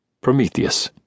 Prometheus